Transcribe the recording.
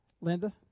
Linda